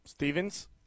Stevens